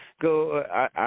go